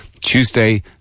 Tuesday